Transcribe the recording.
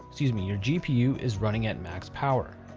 excuse me, your gpu is running at max power.